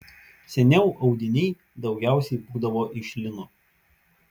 seniau audiniai daugiausiai būdavo iš lino